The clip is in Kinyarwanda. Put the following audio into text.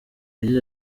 yagize